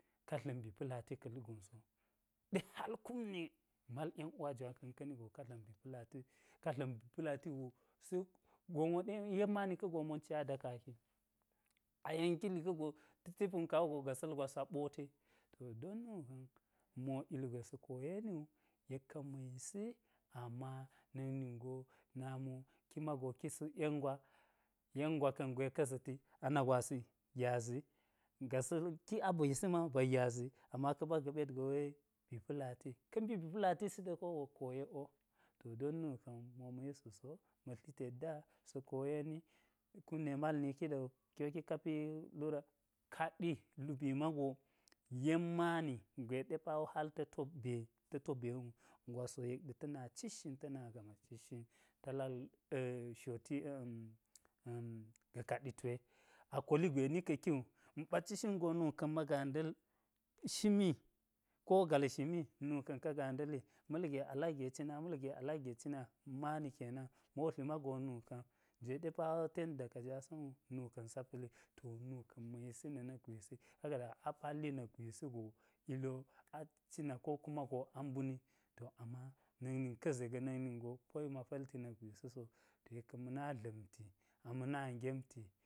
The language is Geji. Ta dla̱m bi pa̱lati ka̱ higon so ɗe hal kum ɗe mal yen uwa jwa ka̱n ka̱ni go ka dla̱m bi pa̱lati go, se gonwoɗe yen mani ka̱ go monchi a dakaki, a yen kili ka̱ go ta̱te punka waigo gasa̱l gwas a ɓoti, to don nu mo ilgwe sa̱ koyeni wu yek ka̱n ma̱yisi, ama nak ningo nami wo ki mago ki suk yen gwa, yen gwa ka̱n gwe ka̱ za̱t, ana gwasi gyazi, gasa̱l, ki abesi ma wu ba gyazi ama ka̱ ɓa gaɓet go we bi pa̱lati, ka̱ nbi bi pala̱tisi ɗa ko wok koyek wo, to don nu ka̱n mo ma̱ yis gu so, ma tli tet da sa̱ koyeni, kume mal niki ɗa̱wu, ki wo kik ka pi lura-ka̱ɗi lubi mago yen mani gwe ɗe pawo hal ta̱ to mbe-ta̱ to mbe wu, gwas wo yek ɗe ta̱ na cit shin ta̱ na gamat cit shin ta̱-lak shoti ga̱ kaɗi to'e a koli gwe ni ka̱ kiwu maɓa cishin go nuka̱n ma ganda̱l shimi ko gal shimi nu ka̱n ka ganda̱li ma̱lge a lak ge cina ma̱lge a lak ge cina mani kenan, modli mago nuka̱n jwe ɗe pawo ten da ka jwasan nuka̱n sa pa̱li nu ka̱n ma̱ yisi na̱ nak gwisi ka ga da a palli na̱k gwisi go ili wo a cicina ko kuma go a mbuni to ama nak nin ka̱ ze ga̱ na̱k nin go poyi ma pa̱lti na̱k gwisi so, to yek ka̱n ma̱ dla̱mti a ma̱ na gemti